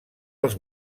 els